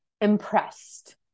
impressed